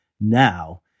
now